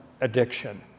addiction